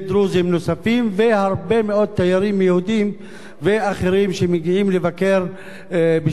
והרבה מאוד תיירים יהודים ואחרים שמגיעים לבקר בשני הכפרים האלה.